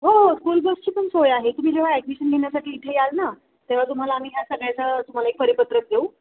हो हो स्कूल बसची पण सोय आहे तुम्ही जेव्हा ॲडमिशन घेण्यासाठी इथे याल ना तेव्हा तुम्हाला आम्ही या सगळ्याचं तुम्हाला एक परिपत्रक देऊ